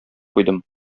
куйдым